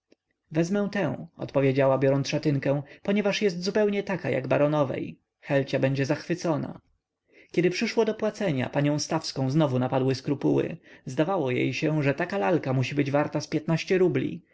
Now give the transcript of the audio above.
wezmę tę odpowiedziała biorąc szatynkę ponieważ jest zupełnie taka jak baronowej helcia będzie zachwycona kiedy przyszło do płacenia panią stawską znowu napadły skrupuły zdawało jej się że taka lalka musi być warta z rubli